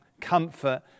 comfort